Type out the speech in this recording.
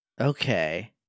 Okay